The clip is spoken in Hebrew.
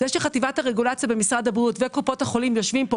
זה שחטיבת הרגולציה במשרד הבריאות וקופת החולים יושבים פה